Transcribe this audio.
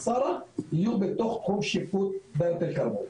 הם -- יהיו בתוך תחום שיפוט דאלית אל כרמל.